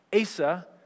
Asa